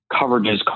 coverages